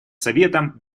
советом